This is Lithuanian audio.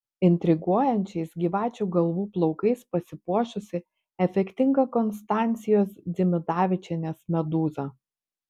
intriguojančiais gyvačių galvų plaukais pasipuošusi efektinga konstancijos dzimidavičienės medūza